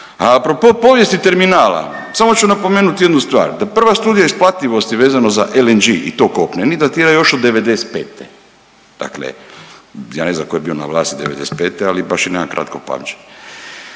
a propo povijesti terminala samo ću napomenuti jednu stvar da prva studija isplativosti vezano za LNG i to kopneni datira još od '95., dakle ja ne znam tko je bio na vlasti '95., ali baš i nemam kratko pamćenje.